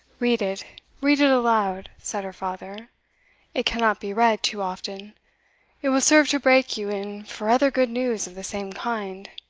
read it read it aloud! said her father it cannot be read too often it will serve to break you in for other good news of the same kind.